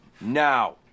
now